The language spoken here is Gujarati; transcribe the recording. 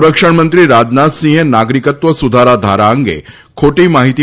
સંરક્ષણ મંત્રી રાજનાથ સિંહે નાગરિકત્વ સુધારા ધારા અંગે ખોટી માહિતી